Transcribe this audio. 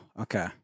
Okay